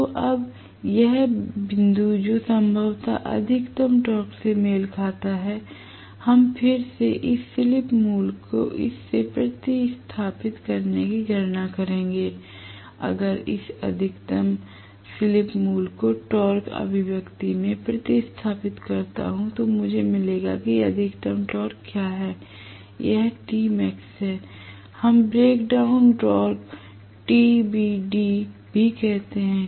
तो अब यह बिंदु जो संभवतः अधिकतम टॉर्क से मेल खाता है हम फिर से इस स्लिप मूल्य को इस में प्रतिस्थापित करके गणना करेंगे अगर मैं इस अधिकतम स्लिप मूल्य को टॉर्क अभिव्यक्ति में प्रतिस्थापित करता हूं तो मुझे मिलेगा कि अधिकतम टॉर्क क्या है यह Tmax है हम ब्रेक डाउन टॉर्क टीबीडी भी कहते हैं